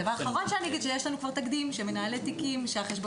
דבר אחרון שאני אומר זה שיש לנו כבר תקדים שמנהלי תיקים שהחשבונות